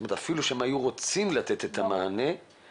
כך שאפילו אם הם היו רוצים לתת את המענה - הם לא יכלו.